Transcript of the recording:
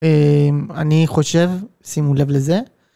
אני חושב, שימו לב לזה.